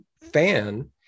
fan